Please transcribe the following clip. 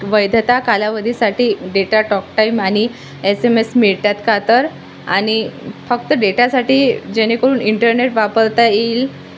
वैधता कालावधीसाठी data talktime आणि एस एम एस मिळतात का तर आणि फक्त डेटासाठी जेणेकरून इंटरनेट वापरता येईल